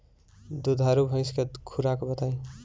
दुधारू भैंस के खुराक बताई?